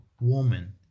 woman